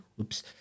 oops